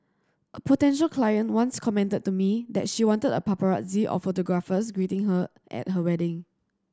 a potential client once commented to me that she wanted a paparazzi of photographers greeting her at her wedding